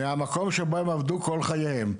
מהמקום שבו הם עבדו כל חייהם,